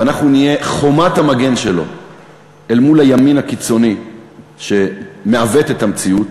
ואנחנו נהיה חומת המגן שלו אל מול הימין הקיצוני שמעוות את המציאות,